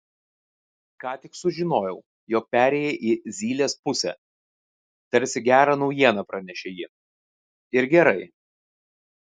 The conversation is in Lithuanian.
ką tik sužinojau jog perėjai į zylės pusę tarsi gerą naujieną pranešė ji ir gerai